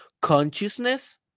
consciousness